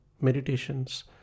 meditations